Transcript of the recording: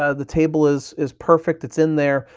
ah the table is is perfect, it's in there.